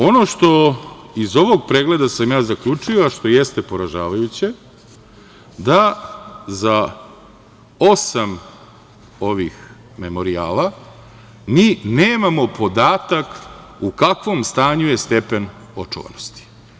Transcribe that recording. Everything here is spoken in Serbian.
Ono što iz ovog pregleda sam ja zaključio, a što jeste poražavajuće da za osam ovim memorijala mi nemamo podatak u kakvom stanju je stepen očuvanosti.